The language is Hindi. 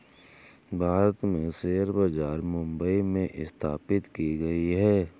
भारत में शेयर बाजार मुम्बई में स्थापित की गयी है